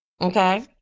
Okay